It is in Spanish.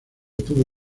tuvo